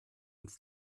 und